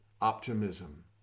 optimism